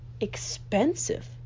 expensive